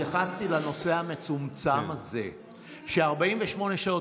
התייחסתי לנושא המצומצם הזה ש-48 שעות